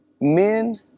men